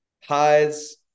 highs